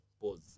pause